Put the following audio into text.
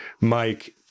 Mike